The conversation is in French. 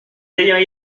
ayant